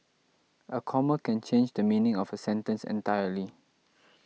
a comma can change the meaning of a sentence entirely